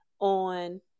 on